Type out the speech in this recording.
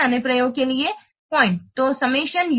विभिन्न अनुप्रयोगों के लिए पॉइंट